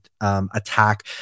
attack